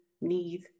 need